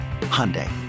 Hyundai